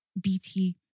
BT